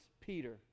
Peter